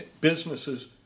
businesses